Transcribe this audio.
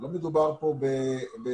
לא מדובר במענק.